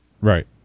Right